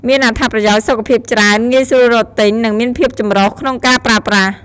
មានអត្ថប្រយោជន៍សុខភាពច្រើន ងាយស្រួលរកទិញ និងមានភាពចម្រុះក្នុងការប្រើប្រាស់។